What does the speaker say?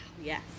Yes